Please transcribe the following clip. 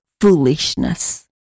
foolishness